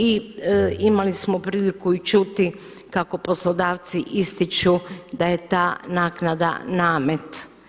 I imali smo priliku i čuti kako poslodavci ističu da je ta naknada namet.